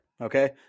Okay